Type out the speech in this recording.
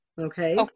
Okay